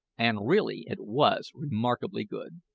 and really it was remarkably good.